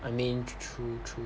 I mean tr~ true true